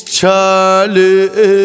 Charlie